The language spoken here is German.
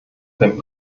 beim